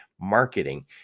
Marketing